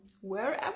wherever